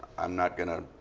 i'm not gonna